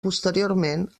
posteriorment